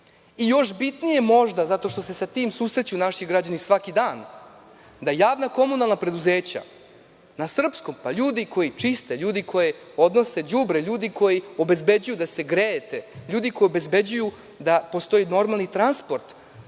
I još bitnije možda, zato što se sa tim susreću naši građani svaki dan, da javna komunalna preduzeća, na srpskom – ljudi koji čiste, ljudi koji odnose đubre, ljudi koji obezbeđuju da se grejete, ljudi koji obezbeđuju da postoji normalni transport,